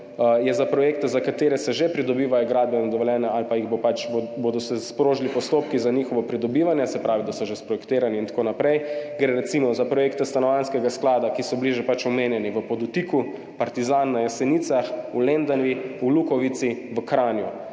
je za projekte, za katere se že pridobivajo gradbena dovoljenja ali pa se bodo sprožili postopki za njihovo pridobivanje, se pravi, da so že sprojektirani in tako naprej, gre recimo za projekte Stanovanjskega sklada, ki so bili že omenjeni v Podutiku, Partizan, na Jesenicah, v Lendavi, v Lukovici, v Kranju,